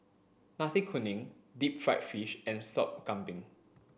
nasi kuning deep fried fish and sup kambing